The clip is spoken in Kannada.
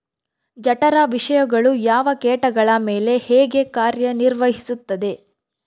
ಜಠರ ವಿಷಯಗಳು ಯಾವ ಕೇಟಗಳ ಮೇಲೆ ಹೇಗೆ ಕಾರ್ಯ ನಿರ್ವಹಿಸುತ್ತದೆ?